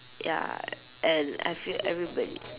ya and I feel everybody